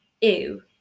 Ew